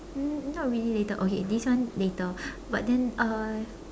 not really later okay this one later but then uh